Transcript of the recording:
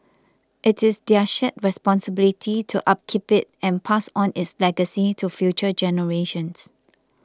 it is their shared responsibility to upkeep it and pass on its legacy to future generations